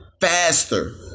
Faster